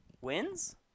wins